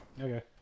okay